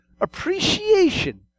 appreciation